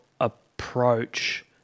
approach